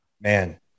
man